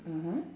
(uh huh)